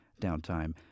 Downtime